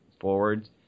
forwards